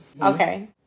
Okay